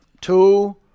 Two